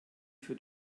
für